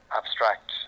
abstract